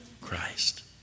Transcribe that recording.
Christ